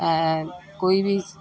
ऐं कोई बि